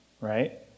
right